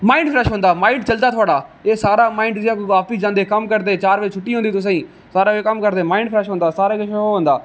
mind fresh बंदे दा mind चलदा थुआढ़ा एह् सारा माइंड जियां बापिस जंदे कम्म करदे चार बजे छुट्टी होंदी तुसेंगी माइंड फ्रेश होंदा सारा किस